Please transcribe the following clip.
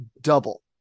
double